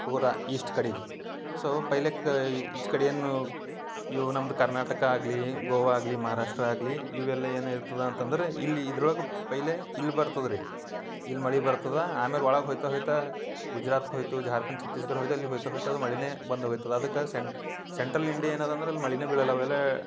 ಪೂರ ಈಸ್ಟ್ ಕಡೆಗೆ ಸೋ ಪೈಲೆಕ್ ಈಚೆ ಕಡೆ ಏನು ಇವು ನಮ್ದು ಕರ್ನಾಟಕ ಆಗಲಿ ಗೋವಾ ಆಗಲಿ ಮಹಾರಾಷ್ಟ್ರ ಆಗಲಿ ಇವೆಲ್ಲ ಏನು ಇರ್ತದೆ ಅಂತಂದ್ರೆ ಇಲ್ಲಿ ಇದ್ರೊಳಗೂ ಪೈಲೇ ಇಲ್ಲಿ ಬರ್ತದೆ ರೀ ಇಲ್ಲಿ ಮಳೆ ಬರ್ತದೆ ಆಮೇಲೆ ಒಳಗೆ ಹೋಯ್ತಾ ಹೋಯ್ತಾ ಗುಜ್ರಾತಿಗೆ ಹೋಯ್ತು ಜಾರ್ಖಂಡ್ ಛತ್ತೀಸ್ಗಡ್ ಹೋಯ್ತು ಅಲ್ಲಿ ಹೋಯ್ತು ಹೋಯ್ತಾ ಅದು ಮಳೆಯೇ ಬಂದು ಹೋಗ್ತದೆ ಅದಕ್ಕೆ ಸೆಂಟ್ ಸೆಂಟ್ರಲ್ ಇಂಡಿಯ ಏನು ಅದಾ ಅಂದ್ರೆ ಅಲ್ಲಿ ಮಳೆಯೇ ಬೀಳೋಲ್ಲ ಅವೆಲ್ಲ